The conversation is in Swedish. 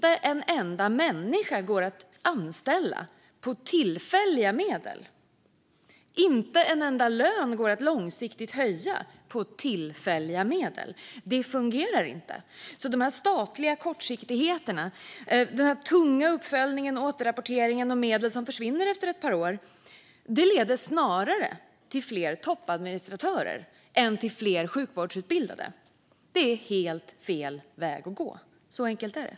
Men inte en enda människa går att anställa på tillfälliga medel, och inte en enda lön går att höja långsiktigt på tillfälliga medel. Det fungerar inte. De här statliga kortsiktigheterna, den tunga uppföljningen och återrapporteringen och medlen som försvinner efter ett par år leder snarare till fler toppadministratörer än fler sjukvårdsutbildade. Det är helt fel väg att gå. Så enkelt är det.